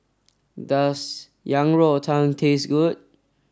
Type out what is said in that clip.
does Yang Rou Tang taste good